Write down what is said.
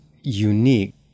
unique